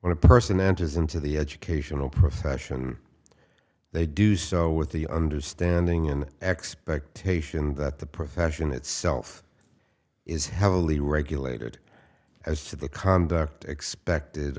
when a person enters into the educational profession they do so with the understanding and expectation that the profession itself is heavily regulated as to the conduct expected